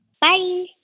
bye